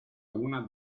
una